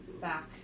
back